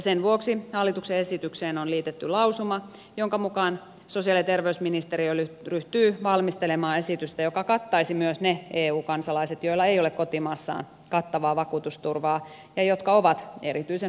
sen vuoksi hallituksen esitykseen on liitetty lausuma jonka mukaan sosiaali ja terveysministeriö ryhtyy valmistelemaan esitystä joka kattaisi myös ne eu kansalaiset joilla ei ole kotimaassaan kattavaa vakuutusturvaa ja jotka ovat erityisen haavoittuvassa asemassa